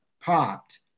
popped